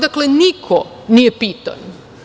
Dakle, niko nije pitan.